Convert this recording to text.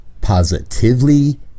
positively